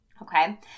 Okay